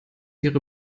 ihre